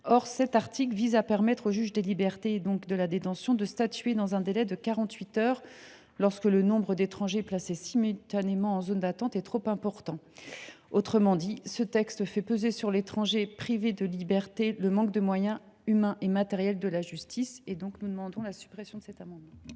Or cet article vise à permettre au juge des libertés et de la détention de statuer dans un délai de quarante huit heures lorsque le nombre d’étrangers placés simultanément en zone d’attente est trop important. Autrement dit, ce texte fait peser sur l’étranger privé de liberté le manque des moyens humains et matériels de la justice. Par conséquent, nous demandons la suppression de cet article.